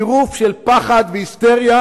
וזה צירוף של פחד והיסטריה